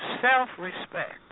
self-respect